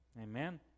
Amen